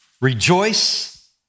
Rejoice